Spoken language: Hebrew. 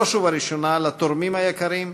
בראש ובראשונה לתורמים היקרים,